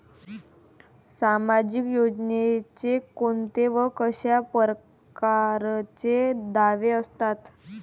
सामाजिक योजनेचे कोंते व कशा परकारचे दावे असतात?